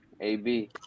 AB